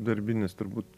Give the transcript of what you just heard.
darbinis turbūt